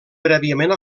prèviament